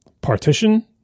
partition